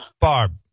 Barb